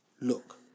look